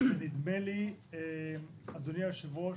אדוני היושב-ראש,